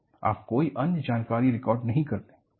आप कोई अन्य जानकारी रिकॉर्ड नहीं करते हैं